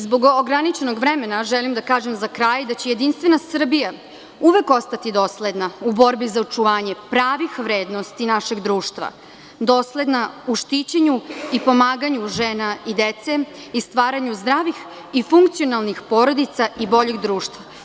Zbog ograničenog vremena, za kraj želim da kažem da će JS uvek ostati dosledna u borbi za očuvanje pravih vrednosti našeg društva, dosledna u štićenju i pomaganju žena i dece i stvaranju zdravih i funkcionalnih porodica i boljeg društva.